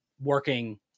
working